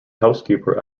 housekeeper